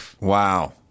Wow